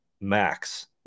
max